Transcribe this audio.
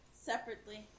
separately